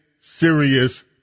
serious